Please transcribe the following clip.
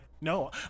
no